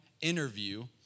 interview